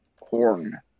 Corn